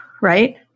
Right